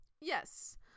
Yes